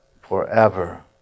forever